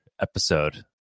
episode